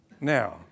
Now